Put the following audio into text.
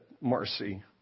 Marcy